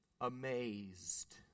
amazed